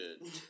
good